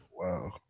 Wow